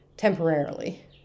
Temporarily